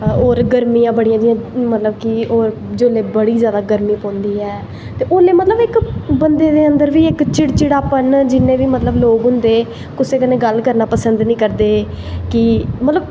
होर गर्मियां बड़ियां मतलव कि जिसलै बड़ा जादा गर्मी पौंदी ऐ ते उसलै मतलव बंदे दे अन्दर बी इक चिड़ चिड़ापन लोग होंदे कुसे कन्नै गल्ल करना पसंद नी करदे मतलव